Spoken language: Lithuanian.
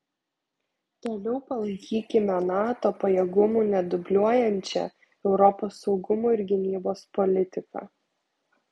toliau palaikykime nato pajėgumų nedubliuojančią europos saugumo ir gynybos politiką